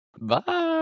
Bye